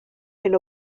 hyn